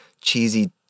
cheesy